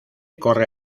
corre